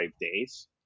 days